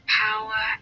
power